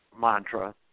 mantra